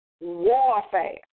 warfare